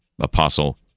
Apostle